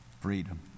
freedom